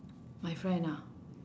my friend ah